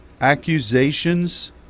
accusations